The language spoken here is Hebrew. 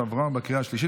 עבר בקריאה השלישית,